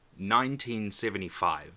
1975